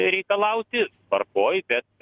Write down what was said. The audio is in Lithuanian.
reikalauti tvarkoj bet